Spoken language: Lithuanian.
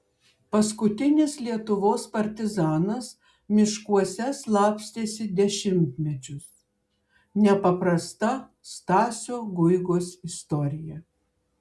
paskutinis lietuvos partizanas miškuose slapstėsi dešimtmečius nepaprasta stasio guigos istorija